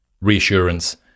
reassurance